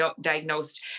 diagnosed